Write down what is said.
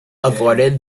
avoided